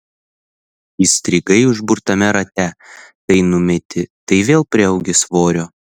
įstrigai užburtame rate tai numeti tai vėl priaugi svorio